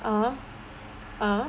(uh huh) (uh huh)